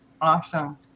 Awesome